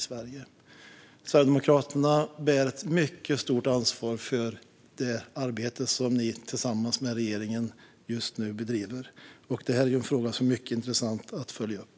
Sverigedemokraterna bär ett mycket stort ansvar för det arbete som ni tillsammans med regeringen just nu bedriver, och denna fråga är mycket intressant att följa upp.